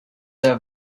their